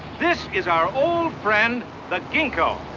this is our old friend the ginkgo.